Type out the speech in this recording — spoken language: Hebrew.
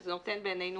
וזה נותן בעינינו